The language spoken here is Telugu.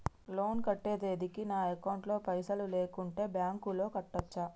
లోన్ కట్టే తేదీకి నా అకౌంట్ లో పైసలు లేకుంటే బ్యాంకులో కట్టచ్చా?